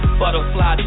butterfly